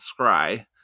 Scry